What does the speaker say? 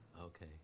Okay